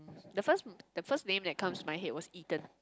the first the first name that comes to my head was Ethan